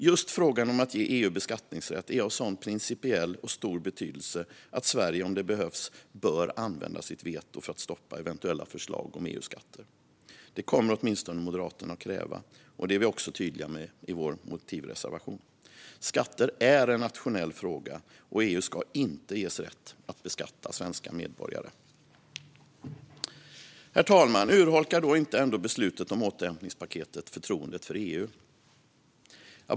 Just frågan om att ge EU beskattningsrätt är av sådan principiell och stor betydelse att Sverige, om det behövs, bör använda sitt veto för att stoppa eventuella förslag om EU-skatter. Det kommer åtminstone Moderaterna att kräva, och det är vi också tydliga med i vår motivreservation. Skatter är en nationell fråga, och EU ska inte ges rätt att beskatta svenska medborgare. Herr talman! Urholkar då inte beslutet om återhämtningspaketet förtroendet för EU?